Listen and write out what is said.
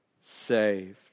saved